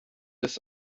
des